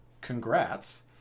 congrats